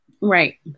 right